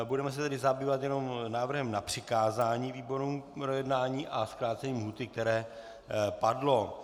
Budeme se tedy zabývat jenom návrhem na přikázání výborům k projednání a zkrácení lhůty, které padlo.